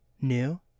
New